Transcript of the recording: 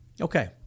Okay